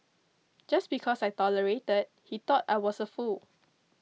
just because I tolerated that he thought I was a fool